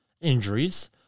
injuries